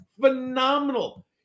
phenomenal